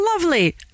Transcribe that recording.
Lovely